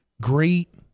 great